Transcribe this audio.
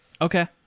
Okay